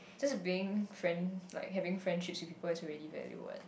just being friend like having friendships with people is already value what